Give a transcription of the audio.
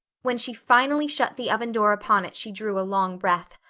when she finally shut the oven door upon it she drew a long breath.